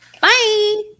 Bye